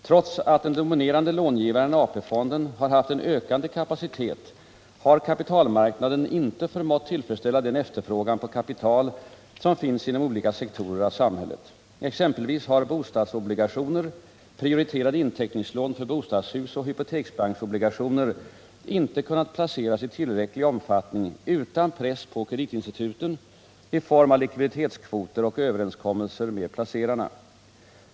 Trots att den dominerande långivaren, AP fonden, har haft en ökande kapacitet, har kapitalmarknaden inte förmått tillfredsställa den efterfrågan på kapital som finns inom olika sektorer av samhället. Exempelvis har bostadsobligationer, prioriterade inteckningslån för bostadshus och hypoteksbanksobligationer inte kunnat placeras i tillräcklig omfattning utan press på kreditinstituten i form av likviditetskvoter och överenskommelser med placerarna.